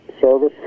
service